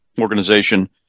organization